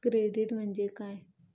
Credit म्हणजे काय?